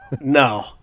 No